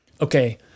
okay